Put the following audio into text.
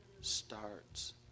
starts